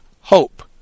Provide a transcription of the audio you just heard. hope